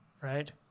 right